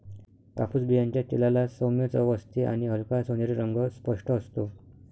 कापूस बियांच्या तेलाला सौम्य चव असते आणि हलका सोनेरी रंग स्पष्ट असतो